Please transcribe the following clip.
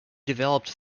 developed